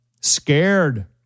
scared